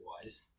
wise